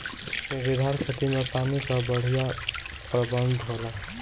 सीढ़ीदार खेती में पानी कअ बढ़िया प्रबंध होला